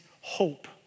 hope